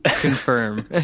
confirm